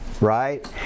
right